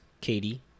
Katie